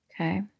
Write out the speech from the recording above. Okay